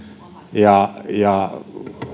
ja ja